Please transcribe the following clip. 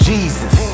Jesus